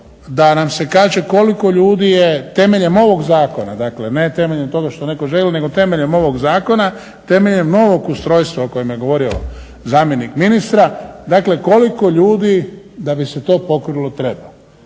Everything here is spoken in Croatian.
da nam se kaže koliko ljudi je temeljem ovog zakona, dakle ne temeljem toga što netko želi nego temeljem ovog zakona, temeljem novog ustrojstva o kojem je govorio zamjenik ministra, dakle koliko ljudi da bi se to pokrilo treba.